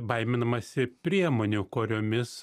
baiminamasi priemonių kuriomis